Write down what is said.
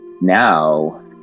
now